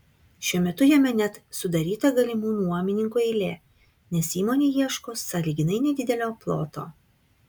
šiuo metu jame net sudaryta galimų nuomininkų eilė nes įmonė ieško sąlyginai nedidelio ploto